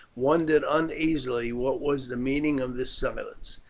wondered uneasily what was the meaning of this silence.